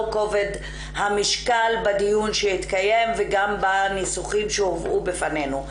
כובד המשקל בדיון שהתקיים וגם בניסוחים שהובאו בפנינו,